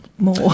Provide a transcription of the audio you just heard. more